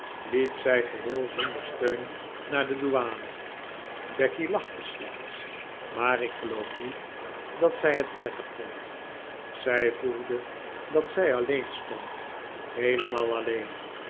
liep zij geheel zonder steun naar de douane becky lachte slechts maar ik geloof niet dat zij het prettig vond zij voelde dat zij alleen stond heelemaal alleen